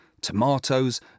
tomatoes